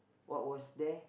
what was there